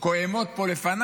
// כה אעמוד פה לפנייך,